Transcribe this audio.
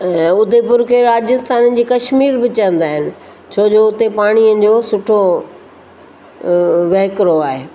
ऐं उदयपुर खे राजस्थान जी कश्मीर बि चवंदा आहिनि छोजो उते पाणीअ जो सुठो वहुकिरो